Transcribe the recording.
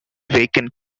vacant